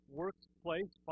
workplace